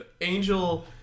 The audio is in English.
Angel